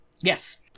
Yes